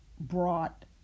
brought